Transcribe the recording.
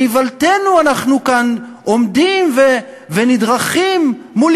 באיוולתנו אנחנו כאן עומדים ונדרכים מול